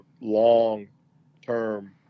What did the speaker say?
long-term